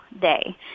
day